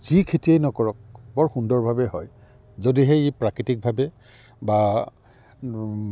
ইয়াত যি খেতিয়ে নকৰক বৰ সুন্দৰভাৱে হয় যদি সেই প্ৰাকৃতিকভাৱে বা